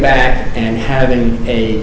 back and having a